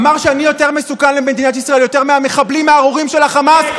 אמר שאני מסוכן למדינת ישראל יותר מהמחבלים הארורים של החמאס,